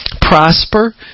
prosper